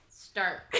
start